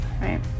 right